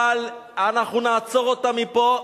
אבל אנחנו נעצור אותם מפה,